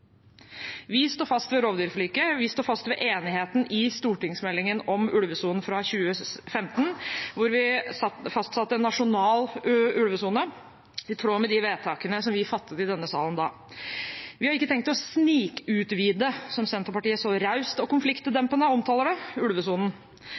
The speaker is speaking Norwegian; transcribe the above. Vi står fast ved rovdyrforliket. Vi står fast ved enigheten om stortingsmeldingen om ulvesonen fra 2015, hvor det ble fastsatt en nasjonal ulvesone i tråd med de vedtakene som vi fattet i denne salen da. Vi har ikke tenkt å «snikutvide», som Senterpartiet så raust og